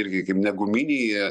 irgi kaip neguminiai jie